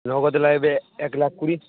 নগদে লাগবে এক লাখ কুড়ি